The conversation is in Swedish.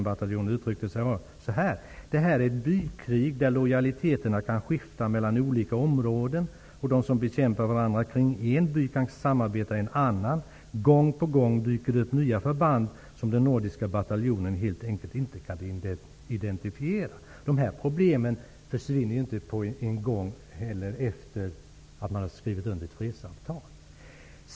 bataljonen, uttryckte sig så här: Det här är ett bykrig där lojaliteterna kan skifta mellan olika områden. De som bekämpar varandra kring en by kan samarbeta i en annan. Gång på gång dyker det upp nya förband som den nordiska bataljonen helt enkelt inte kan identifiera. Det här problemet försvinner inte på en gång efter det att man har skrivit under ett fredsavtal.